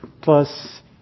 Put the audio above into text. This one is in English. plus